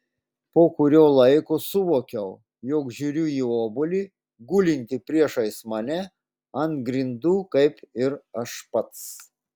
po kurio laiko suvokiau jog žiūriu į obuolį gulintį priešais mane ant grindų kaip ir aš pats